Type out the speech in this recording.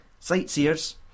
Sightseers